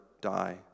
die